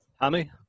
Hammy